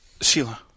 Sheila